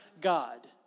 God